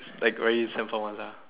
like very simple ones ah